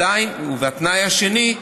והתנאי השני,